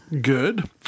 Good